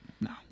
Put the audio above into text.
no